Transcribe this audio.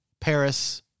Paris